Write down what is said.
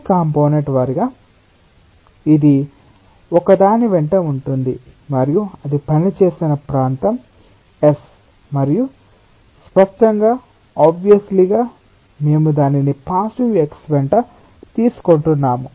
ఈ కంపోనెంట్ వారీగా ఇది ఒకదాని వెంట ఉంటుంది మరియు అది పనిచేస్తున్న ప్రాంతం S మరియు స్పష్టంగా అప్రమేయంగా మేము దానిని పాజిటివ్ x వెంట తీసుకుంటున్నాము